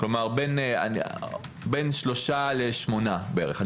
בין שלושה לשמונה בערך.